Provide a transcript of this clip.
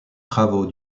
travaux